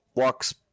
walks